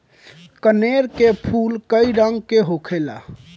कनेर के फूल कई रंग के होखेला